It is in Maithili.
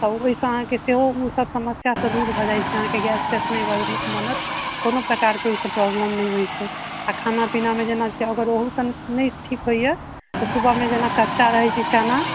तऽ ओहिसँ अहाँके सेहो ओ सभ समस्यासँ दूर भऽ जाइ छै अहाँके गैस तैस नहि बनत कोनो प्रकारके ओहिसे प्रॉब्लेम नहि होइ छै आ खाना पीनामे जेना छै अगर ओहूसँ नहि ठीक होइए तऽ सुबह मे जेना कच्चा रहै छै चना